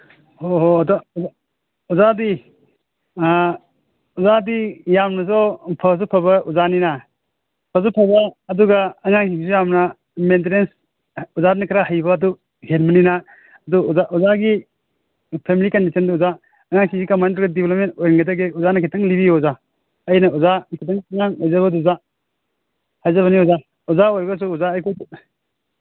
ꯍꯣꯍꯣꯏ ꯑꯗ ꯑꯣꯖꯥꯗꯤ ꯑꯣꯖꯥꯗꯤ ꯌꯥꯝꯅꯁꯨ ꯐꯁꯨ ꯐꯕ ꯑꯣꯖꯥꯅꯤꯅ ꯐꯁꯨ ꯐꯕ ꯑꯗꯨꯒ ꯑꯉꯥꯡꯁꯤꯡꯁꯨ ꯌꯥꯝꯟ ꯃꯦꯟꯇꯦꯅꯦꯟꯁ ꯑꯣꯖꯥꯅ ꯈꯔ ꯍꯩꯕ ꯑꯗꯨ ꯍꯦꯟꯕꯅꯤꯅ ꯑꯗꯨ ꯑꯣꯖꯥ ꯑꯣꯖꯥꯒꯤ ꯐꯦꯃꯤꯂꯤ ꯀꯟꯗꯤꯁꯟꯗꯨ ꯑꯣꯖꯥ ꯑꯉꯥꯡꯁꯤꯡꯁꯤ ꯀꯃꯥꯏꯅ ꯗꯤꯕꯂꯞꯃꯦꯟ ꯑꯣꯏꯍꯟꯒꯗꯒꯦ ꯑꯣꯖꯥꯅ ꯈꯤꯇꯪ ꯂꯤꯕꯤꯌꯨ ꯑꯣꯖꯥ ꯑꯩꯅ ꯑꯣꯖꯥ ꯑꯣꯏꯖꯕꯗꯨꯗ ꯍꯥꯏꯖꯕꯅꯤ ꯑꯣꯖꯥ ꯑꯣꯏꯔꯒꯁꯨ ꯑꯣꯖꯥ ꯑꯩꯈꯣꯏꯗꯤ